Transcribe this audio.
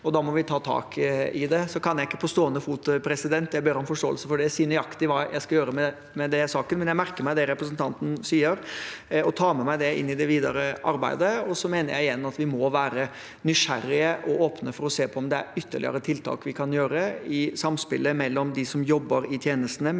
Da må vi ta tak i det. Jeg kan ikke på stående fot – jeg ber om forståelse for det – si nøyaktig hva jeg skal gjøre med den saken, men jeg merker meg det representanten sier, og tar med meg det inn i det videre arbeidet. Så mener jeg igjen at vi må være nysgjerrige og åpne for å se på om det er ytterligere tiltak vi kan gjøre i samspillet mellom dem som jobber i tjenestene